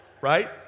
Right